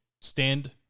stand